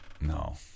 no